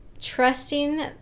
trusting